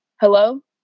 Hello